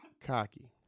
cocky